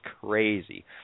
crazy